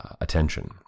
attention